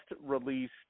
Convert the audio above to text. released